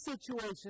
situation